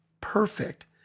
perfect